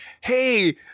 Hey